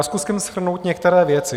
Zkusím shrnout některé věci.